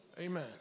Amen